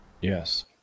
Yes